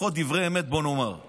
לפחות בוא נאמר דברי אמת,